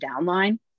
downline